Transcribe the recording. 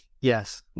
Yes